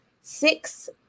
six